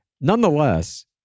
Nonetheless